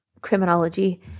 criminology